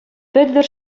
пӗлтӗр